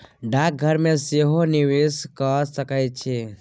डाकघर मे सेहो निवेश कए सकैत छी